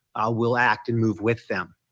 will act and move with them.